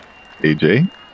AJ